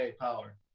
power